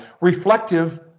reflective